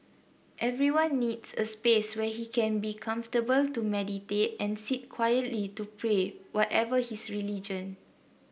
everyone needs a space where he can be comfortable to meditate and sit quietly to pray whatever his religion